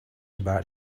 about